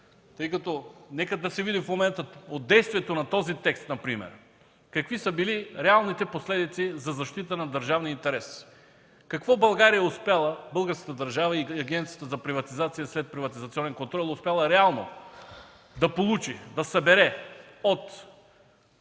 минусите. Нека да се види в момента от действието на този текст например какви са били реалните последици за защита на държавния интерес, какво България, българската държава и Агенцията за приватизация и следприватизационен контрол е успяла реално да получи, да събере от